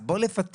אז בוא לפחות,